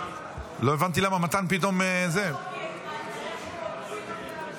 לא הבנתי למה מתן פתאום --- אנחנו עוקבים אחר הרשימה.